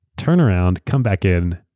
turn around, come back in,